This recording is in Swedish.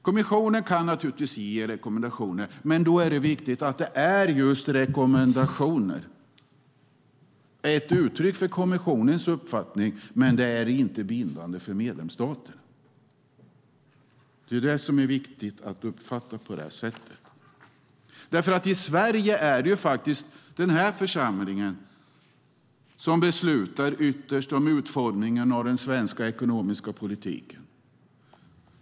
Kommissionen kan alltså ge rekommendationer, men det är då viktigt att de just är rekommendationer, ett uttryck för kommissionens uppfattning men inte bindande för medlemsstaterna. Det är viktigt. I Sverige är det den här församlingen som ytterst beslutar om utformningen av den svenska ekonomiska politiken.